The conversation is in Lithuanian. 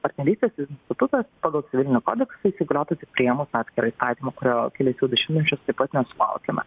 partnerystės institutas pagal civilinį kodeksą įsigaliotų tik priėmus atskirą įstatymą kurio kelis jau dešimtmečius taip pat nesulaukiame